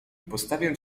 postawię